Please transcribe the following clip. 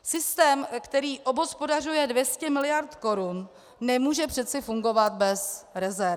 Systém, který obhospodařuje 200 miliard korun, nemůže přece fungovat bez rezerv.